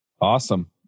Awesome